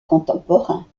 contemporains